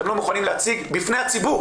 אתם לא מוכנים להציג בפני הציבור